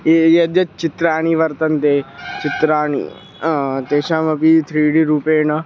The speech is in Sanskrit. ये यानि यानि चित्राणि वर्तन्ते चित्राणि तेषामपि थ्री डी रूपेण